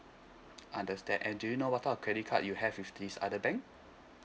ah that's that and do you know what type of credit card you have with this other bank